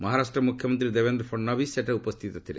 ମହାରାଷ୍ଟ୍ର ମୁଖ୍ୟମନ୍ତ୍ରୀ ଦେବେନ୍ଦ୍ର ଫଡ଼ନାଭିସ୍ ସେଠାରେ ଉପସ୍ଥିତ ଥିଲେ